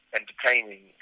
entertaining